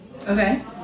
Okay